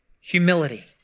humility